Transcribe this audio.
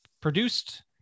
produced